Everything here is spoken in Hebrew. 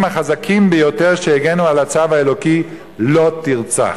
החזקים ביותר שהגנו על הצו האלוקי 'לא תרצח'.